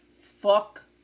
Fuck